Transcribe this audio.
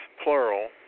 plural